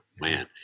Man